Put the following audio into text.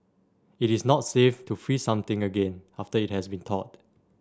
it is not safe to freeze something again after it has be thawed